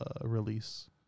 release